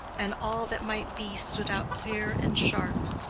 and all that might be stood out clear and sharp.